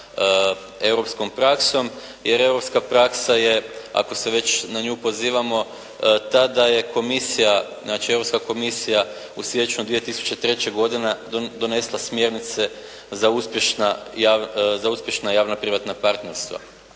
europskom praksom jer europska praksa je ako se već na nju pozivamo ta da je komisija znači Europska komisija u siječnju 2003. godine donesla smjernice za uspješna javna privatna partnerstva.